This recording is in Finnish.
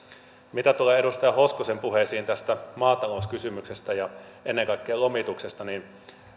mitä tulee edustaja hoskosen puheisiin tästä maatalouskysymyksestä ja ennen kaikkea lomituksesta niin